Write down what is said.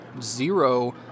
zero